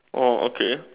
orh okay